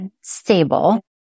stable